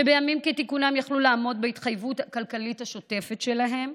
שבימים כתיקונם יכלו לעמוד בהתחייבות כלכלית השוטפת שלהם,